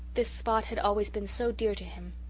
this spot had always been so dear to him.